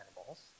animals